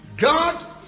God